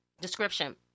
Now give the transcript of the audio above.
description